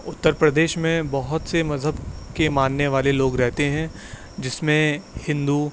اترپردیش میں بہت سے مذہب کے ماننے والے لوگ رہتے ہیں جس میں ہندو